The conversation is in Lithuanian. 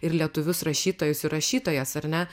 ir lietuvius rašytojus ir rašytojas ar ne